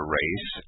race